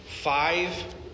five